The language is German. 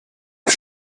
ist